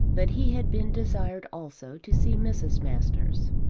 but he had been desired also to see mrs. masters,